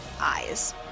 eyes